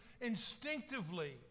instinctively